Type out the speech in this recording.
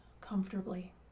comfortably